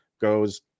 goes